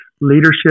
leadership